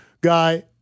guy